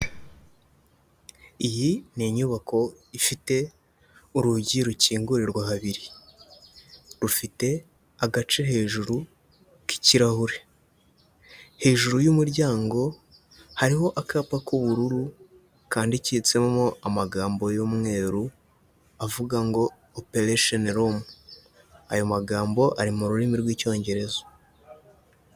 Iyi ni inyubako ifite urugi rukingurirwa habiri, rufite agace hejuru k'ikirahure, hejuru y'umuryango hariho akapa k'ubururu kandikitsemo amagambo y'umweru avuga ngo operation rom, ayo magambo ari mu rurimi rw'icyongereza.